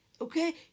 Okay